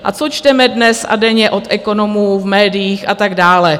A co čteme dnes a denně od ekonomů v médiích a tak dále?